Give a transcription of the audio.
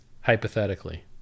hypothetically